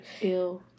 Ew